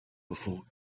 before